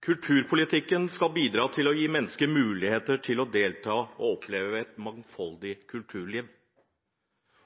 Kulturpolitikken skal bidra til å gi mennesker muligheter til å delta i og oppleve et mangfoldig kulturliv.